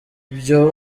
byo